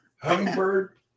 Hummingbird